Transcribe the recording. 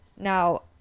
Now